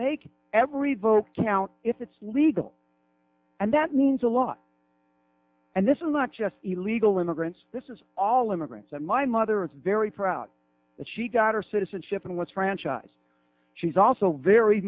make every vote count if it's legal and that means a lot and this is not just illegal immigrants this is all immigrants that my mother is very proud that she got her citizenship and was franchised she's also very